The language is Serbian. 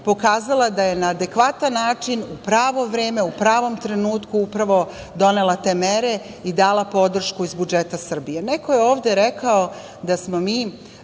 da je na adekvatan način u pravo vreme u pravom trenutku upravo donela te mere i dala podršku iz budžeta Srbije. Neko je ovde rekao da smo mi